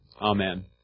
Amen